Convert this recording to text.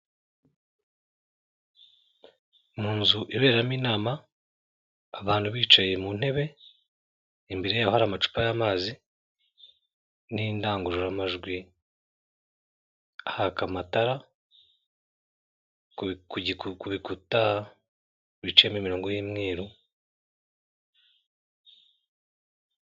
Mu nzu iberamo inama, abantu bicaye mu ntebe, imbere yabo hari amacupa y'amazi n'indangururamajwi, haka amatara, ku bikuta biciyemo imirongo y'umweru.